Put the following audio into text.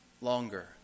longer